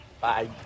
Bye